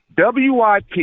WIP